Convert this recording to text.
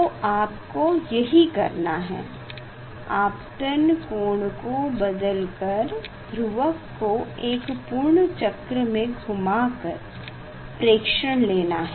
तो आपको यही करना है आपतन कोण को बदल कर ध्रुवक को एक पूर्ण चक्र में घुमा कर प्रेक्षण लेना है